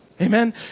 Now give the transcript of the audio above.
Amen